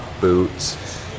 boots